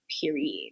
period